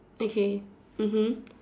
okay mmhmm